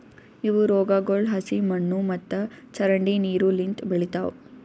ಇವು ರೋಗಗೊಳ್ ಹಸಿ ಮಣ್ಣು ಮತ್ತ ಚರಂಡಿ ನೀರು ಲಿಂತ್ ಬೆಳಿತಾವ್